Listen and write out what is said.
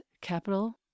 capital